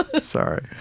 Sorry